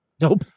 Nope